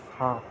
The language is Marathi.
हां